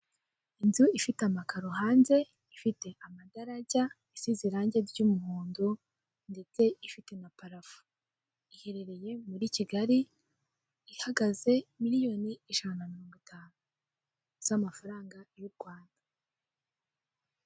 Inzu ifite amakaro hanze, ifite amadajya, isize irangi ry'umuhondo ndetse ifite na parafo, iherereye muri Kigali, ihagaze miliyoni ijana na mirongo itanu z'amafaranga y'u Rwanda.